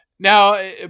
Now